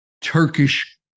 turkish